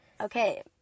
Okay